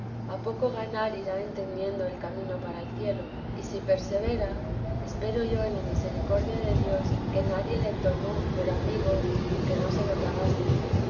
a poco ganar irá entendiendo el camino para el cielo y si persevera espero yo en la misericordia de dios que nadie le tomó por amigo que no se lo pagase